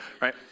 right